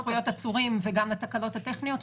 זכויות עצורים וגם התקלות הטכניות,